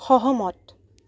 সহমত